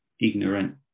ignorant